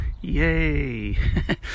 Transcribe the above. Yay